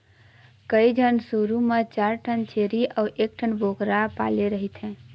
कइझन शुरू म चार ठन छेरी अउ एकठन बोकरा पाले रहिथे